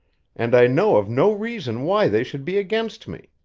and i know of no reason why they should be against me.